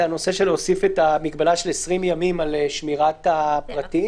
הנושא של הוספת המגבלה של 20 ימים על שמירת הפרטים